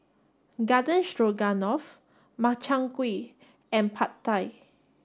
Garden Stroganoff Makchang Gui and Pad Thai